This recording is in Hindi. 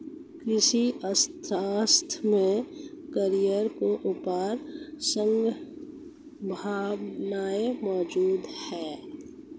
कृषि अर्थशास्त्र में करियर की अपार संभावनाएं मौजूद है